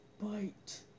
bite